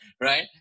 right